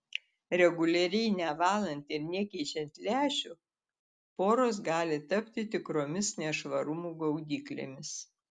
reguliariai nevalant ir nekeičiant lęšių poros gali tapti tikromis nešvarumų gaudyklėmis